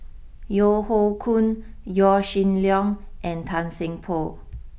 Yeo Hoe Koon Yaw Shin Leong and Tan Seng Poh